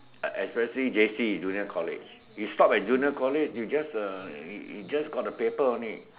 especially J_C junior college you stop at junior college you just uh you you just got the paper only